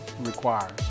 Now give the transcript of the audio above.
requires